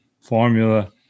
formula